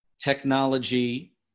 technology